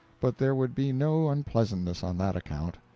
but there would be no unpleasantness on that account.